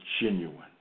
genuine